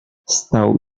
stał